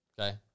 Okay